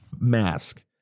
mask